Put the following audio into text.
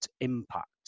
impact